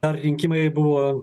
ar rinkimai buvo